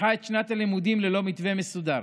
פתחה את שנת הלימודים ללא מתווה מסודר.